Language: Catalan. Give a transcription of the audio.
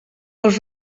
els